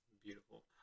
Beautiful